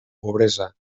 pobresa